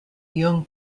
young